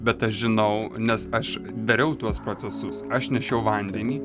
bet aš žinau nes aš dariau tuos procesus aš nešiau vandenį